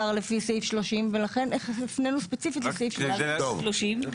לפי סעיף 30 ולכן הפנינו ספציפית לסעיף 30. טוב.